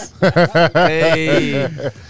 Hey